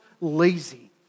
lazy